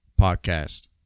podcast